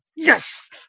Yes